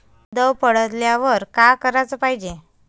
दव पडल्यावर का कराच पायजे?